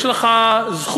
יש לך זכות,